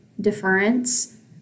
deference